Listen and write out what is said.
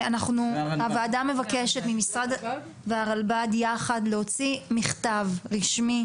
הוועדה מבקשת ממשרד החינוך והרלב"ד יחד להוציא מכתב רשמי